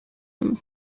نمی